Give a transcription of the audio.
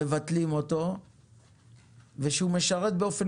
שמבטלים אותו למרות שהוא משרת באופן